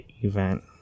event